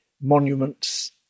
monuments